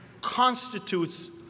constitutes